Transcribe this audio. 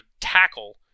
tackle